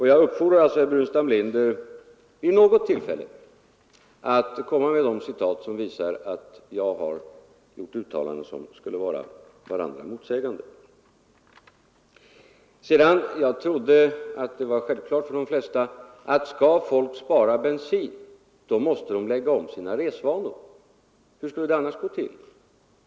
Jag uppfordrar alltså herr Burenstam Linder att vid något tillfälle komma med de citat som visar att jag har gjort uttalanden som skulle vara varandra motsägande. Jag trodde att det var självklart för de flesta att skall folk spara bensin, så måste de lägga om sina resvanor. Hur skulle det annars gå till?